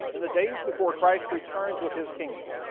in the days before christ returns with his kingdom.